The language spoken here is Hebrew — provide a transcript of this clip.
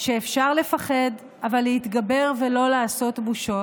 שאפשר לפחד, אבל להתגבר ולא לעשות בושות,